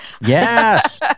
Yes